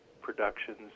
productions